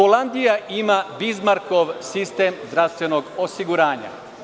Holandija ima Bizmarkov sistem zdravstvenog osiguranja.